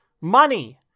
money